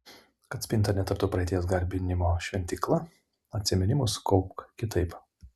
kad spinta netaptų praeities garbinimo šventykla atsiminimus kaupk kitaip